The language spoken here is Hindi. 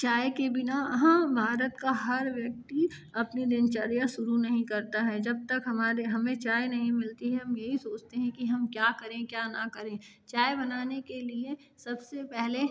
चाय के बिना यहाँ भारत का हर व्यक्ति अपने दिनचर्या शुरू नहीं करता है जब तक हमारे हमें चाय नहीं मिलती हम यही सोचते हैं कि हम क्या करें क्या न करें चाय बनाने के लिए सबसे पहले